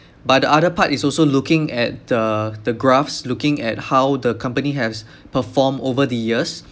but the other part is also looking at the the graphs looking at how the company has performed over the years